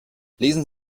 lesen